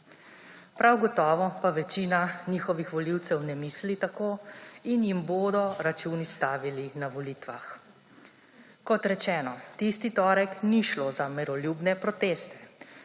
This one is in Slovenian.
Prav gotovo pa večina njihovih volivcev ne misli tako in jim bodo račun izstavili na volitvah. Kot rečeno, tisti torek ni šlo za miroljubne proteste.